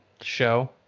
show